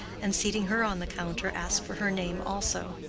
and seating her on the counter, asked for her name also.